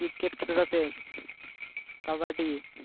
cricket ᱠᱷᱮᱞ ᱟᱛᱮᱜ ᱠᱟᱵᱟᱰᱤ ᱥᱮ ᱟᱭᱢᱟ ᱨᱚᱠᱚᱢ